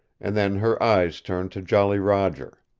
and then her eyes turned to jolly roger.